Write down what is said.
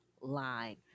line